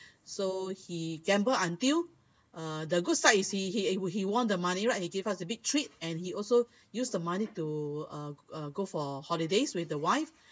so he gambled until uh the good side is he he won the money right he gave us a big treat and he also used the money to to uh uh go for holidays with the wife